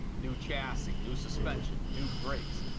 new chassis, new suspension, new brakes.